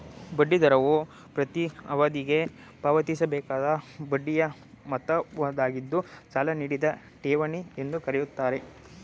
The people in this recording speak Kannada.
ಬಡ್ಡಿ ದರವು ಪ್ರತೀ ಅವಧಿಗೆ ಪಾವತಿಸಬೇಕಾದ ಬಡ್ಡಿಯ ಮೊತ್ತವಾಗಿದ್ದು ಸಾಲ ನೀಡಿದ ಠೇವಣಿ ಎಂದು ಕರೆಯುತ್ತಾರೆ